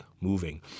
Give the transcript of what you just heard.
moving